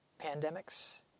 pandemics